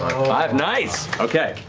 five, nice, okay!